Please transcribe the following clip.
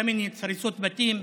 קמיניץ, הריסות בתים.